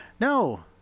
No